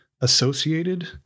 associated